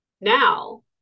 now